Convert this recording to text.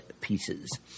pieces